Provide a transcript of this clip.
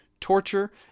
torture